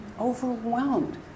Overwhelmed